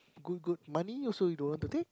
good good money you also don't want to take